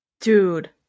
Dude